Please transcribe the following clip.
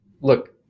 look